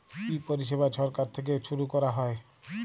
ই পরিছেবা ছরকার থ্যাইকে ছুরু ক্যরা হ্যয়